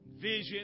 vision